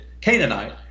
Canaanite